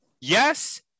yes